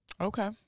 Okay